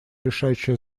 решающее